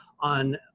On